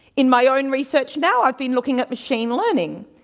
in my own research now, i've been looking at machine learning.